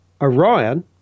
Orion